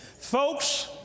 Folks